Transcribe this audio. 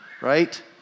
right